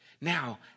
Now